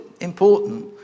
important